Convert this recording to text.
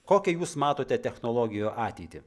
kokią jūs matote technologijų ateitį